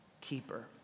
keeper